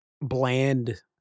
bland